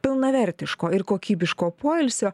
pilnavertiško ir kokybiško poilsio